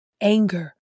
anger